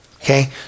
okay